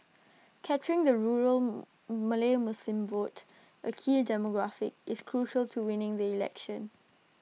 capturing the rural Malay Muslim vote A key demographic is crucial to winning the election